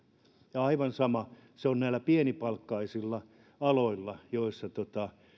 ja aivan sama se on näillä pienipalkkaisilla aloilla joilla